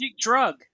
drug